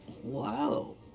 Wow